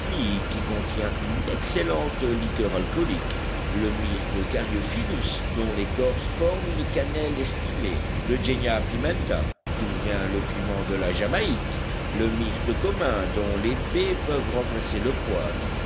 qui contient une excellente liqueur alcoolique le myrte caryophyllus dont l'écorce forme une cannelle estimée l eugenia pimenta d'où vient le piment de la jamaïque le myrte commun dont les baies peuvent remplacer le poivre